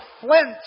flint